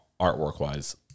artwork-wise